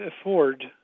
afford